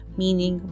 meaning